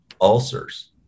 ulcers